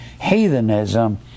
heathenism